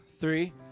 three